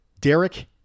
Derek